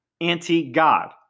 anti-God